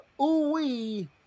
oui